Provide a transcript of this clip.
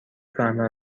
فهمه